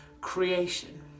creation